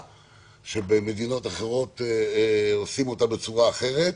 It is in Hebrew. שבמדינות אחרות עושים אותה בצורה אחרת,